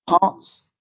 parts